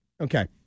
Okay